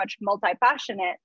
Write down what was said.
multi-passionate